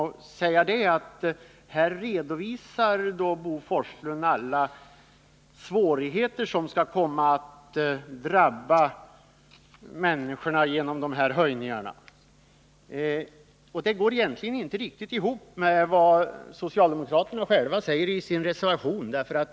Han redovisade alla svårigheter som kommer att drabba människorna genom de här skattehöjningarna. Men det går egentligen inte riktigt ihop med vad socialdemokraterna själva säger i sin reservation.